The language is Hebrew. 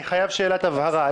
אני חייב שאלת הבהרה.